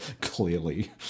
Clearly